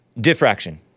Diffraction